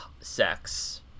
Sex